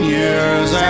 years